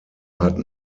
hatten